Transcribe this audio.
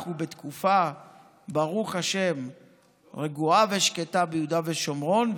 אנחנו בתקופה רגועה ושקטה ביהודה ושומרון,